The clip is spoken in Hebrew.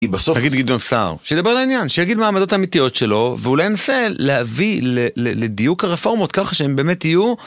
נגיד גדעון סער, שידבר לעניין, שיגיד מה העמדות האמיתיות שלו, ואולי ננסה להביא לדיוק הרפורמות ככה שהן באמת יהיו.